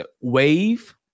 wave